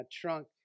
trunk